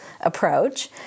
approach